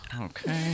Okay